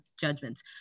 judgments